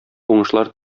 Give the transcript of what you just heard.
уңышлар